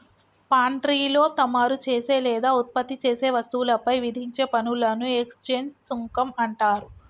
పాన్ట్రీలో తమరు చేసే లేదా ఉత్పత్తి చేసే వస్తువులపై విధించే పనులను ఎక్స్చేంజ్ సుంకం అంటారు